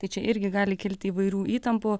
tai čia irgi gali kilti įvairių įtampų